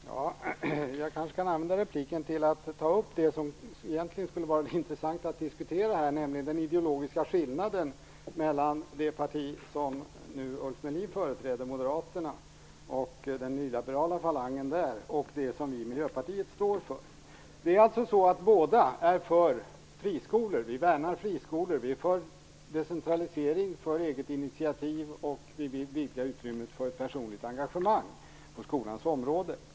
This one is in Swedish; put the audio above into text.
Herr talman! Jag kanske kan använda repliken till att ta upp vad som egentligen vore det intressanta att diskutera här, nämligen den ideologiska skillnaden mellan å ena sidan Ulf Melins parti, Moderaterna, och dess nyliberala falang och å andra sidan det som vi i Miljöpartiet står för. Båda är alltså för friskolor. Vi värnar friskolor. Vi är för decentralisering och eget initiativ, och vi vill vidga utrymmet för ett personligt engagemang på skolans område.